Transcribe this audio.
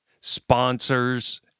Sponsors